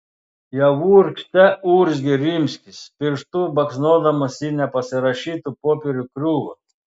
jau urgzte urzgė rimskis pirštu baksnodamas į nepasirašytų popierių krūvą